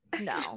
No